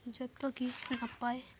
ᱡᱚᱛᱚ ᱜᱤ ᱱᱟᱯᱟᱭ